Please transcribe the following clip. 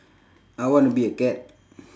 I wanna be a cat